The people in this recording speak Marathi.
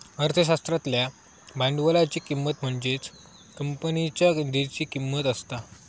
अर्थशास्त्रातल्या भांडवलाची किंमत म्हणजेच कंपनीच्या निधीची किंमत असता